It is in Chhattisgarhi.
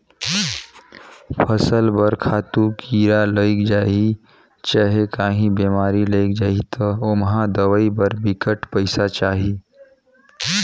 फसल बर खातू, कीरा लइग जाही चहे काहीं बेमारी लइग जाही ता ओम्हां दवई बर बिकट पइसा चाही